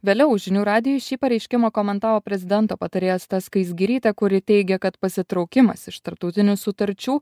vėliau žinių radijui šį pareiškimą komentavo prezidento patarėja asta skaisgirytė kuri teigia kad pasitraukimas iš tarptautinių sutarčių